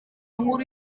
nkuru